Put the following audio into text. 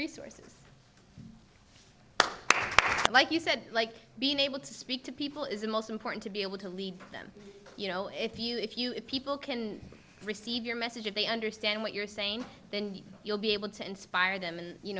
resources like you said like being able to speak to people is the most important to be able to lead them you know if you if you if people can receive your message if they understand what you're saying then you'll be able to inspire them and you